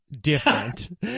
different